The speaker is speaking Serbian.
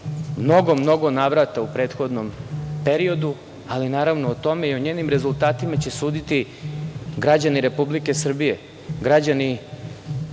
mnogo navrata u prethodnom periodu, ali naravno o tome i o njenim rezultatima će suditi građani Republike Srbije, građani Pančeva,